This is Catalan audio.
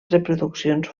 reproduccions